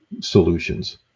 solutions